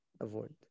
avoid